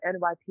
NYPD